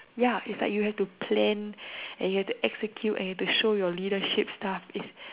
ya it's like you have to plan and you have to execute and you have to show leadership stuff it's